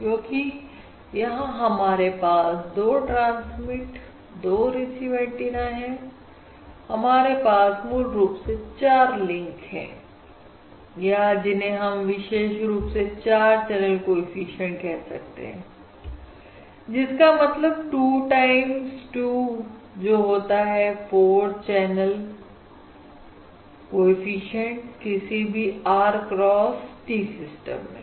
क्योंकि यहां हमारे पास 2 ट्रांसमिट 2 रिसीव एंटीना है हमारे पास मूल रूप से 4 लिंक है या जिन्हें हम विशेष रुप से 4 चैनल कोएफिशिएंट कह सकते हैं जिसका मतलब 2 टाइम्स 2 जो होता है 4 चैनल को एफिशिएंट किसी भी R cross T सिस्टम में